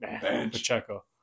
Pacheco